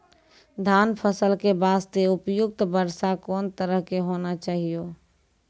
धान फसल के बास्ते उपयुक्त वर्षा कोन तरह के होना चाहियो?